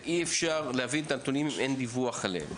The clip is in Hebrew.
אבל אי אפשר להביא את הנתונים אם אין דיווח עליהם.